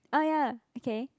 oh ya okay